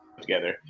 together